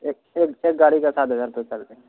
ایک سے ایک ایک گاڑی کا سات ہزار روپے کر دیں گے